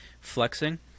flexing